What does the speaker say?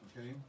okay